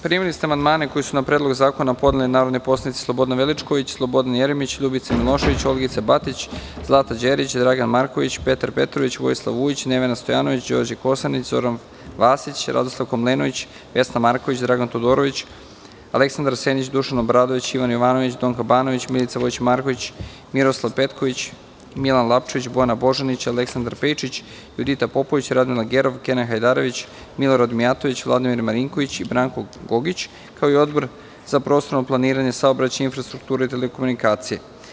Primili ste amandmane koje su na Predlog zakona podneli narodni poslanici: Slobodan Veličković, Slobodan Jeremić, Ljubica Milošević, Olgica Batić, Zlata Đerić, Dragan Marković, Petar Petrović, Vojislav Vujić, Nevena Stojanović, Đorđe Kosanić, Zoran Vasić, Radoslav Komlenović, Vesna Marković, Dragan Todorović, Aleksandar Senić, Dušan Obradović, Ivan Jovanović, Donka Banović, Milica Vojić Marković, Miroslav Petković, Milan Lapčević, Bojana Božanić, Aleksandar Pejčić, Judita Popović, Radmila Gerov, Kenan Hajdarević, Milorad Mijatović, Vladimir Marinković i Branko Gogić, kao i Odbor za prostorno planiranje, saobraćaj, infrastrukturu i telekomunikacije.